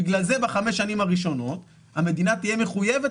בגלל זה בחמש השנים הראשונות המדינה תהיה מחויבת